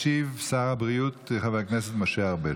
ישיב שר הבריאות חבר הכנסת משה ארבל.